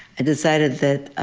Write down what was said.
decided that